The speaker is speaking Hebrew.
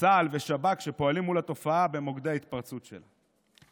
צה"ל ושב"כ שפועלים מול התופעה במוקדי ההתפרצות שלה.